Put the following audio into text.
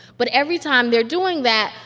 but every time they're doing that,